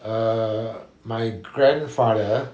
uh my grandfather